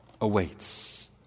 awaits